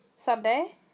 Sunday